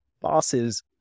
bosses